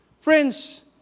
Friends